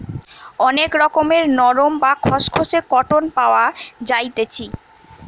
অনেক রকমের নরম, বা খসখসে কটন পাওয়া যাইতেছি